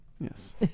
Yes